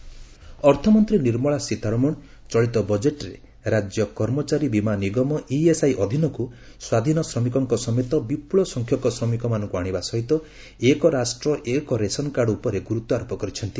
ସୀତାରମଣ ଶ୍ରମିକ କଲ୍ୟାଣ ଅର୍ଥମନ୍ତୀ ନିର୍ମଳା ସୀତାରମଣ ଚଳିତ ବଜେଟ୍ରେ ରାଜ୍ୟ କର୍ମଚାରୀ ବୀମା ନିଗମ ଇଏସ୍ଆଇ ଅଧୀନକୁ ସ୍ୱାଧୀନ ଶ୍ରମିକଙ୍ଙ ସମେତ ବିପୁଳ ସଂଖ୍ୟକ ଶ୍ରମିକମାନଙ୍କୁ ଆଶିବା ସହିତ ଏକ ରାଷ୍ଟ ଏକ ରାସନକାର୍ଡ ଉପରେ ଗୁରୁତ୍ୱାରୋପ କରିଛନ୍ତି